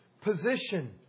position